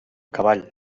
cavall